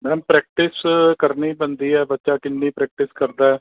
madam practice ਕਰਨੀ ਪੈਂਦੀ ਹੈ ਬੱਚਾ ਕਿੰਨੀ ਪ੍ਰੈਕਟਿਸ ਕਰਦਾ ਹੈ